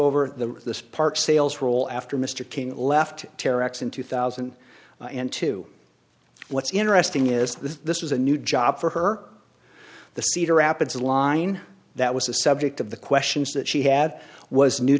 over the park sales role after mr cain left terror acts in two thousand and two what's interesting is that this was a new job for her the cedar rapids line that was the subject of the questions that she had was new